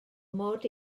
mod